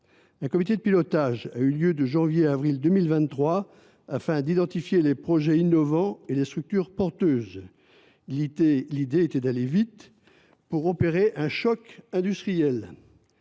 Un comité de pilotage a eu lieu de janvier à avril 2023 afin d’identifier les projets innovants et les structures porteuses. L’idée était d’aller vite pour provoquer un choc industriel.